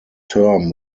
term